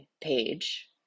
page